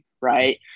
right